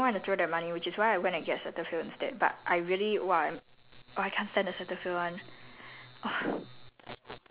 quite big actually but like regardless it's thirty something dollars and I didn't want to throw the money which is why I went and get cetaphil instead but I really !whoa! I